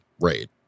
Raid